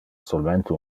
solmente